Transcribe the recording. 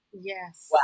Yes